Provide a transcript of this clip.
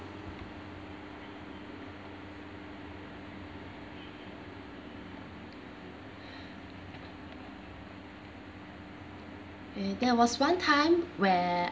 eh there was one time where